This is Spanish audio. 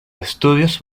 estudios